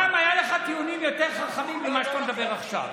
פעם היו לך טיעונים יותר חכמים ממה שאתה מדבר עכשיו.